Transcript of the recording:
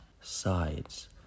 sides